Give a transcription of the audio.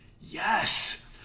yes